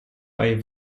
bei